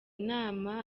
nama